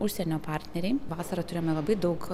užsienio partneriai vasarą turėjome labai daug